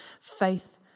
Faith